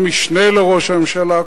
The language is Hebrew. המשנה לראש הממשלה,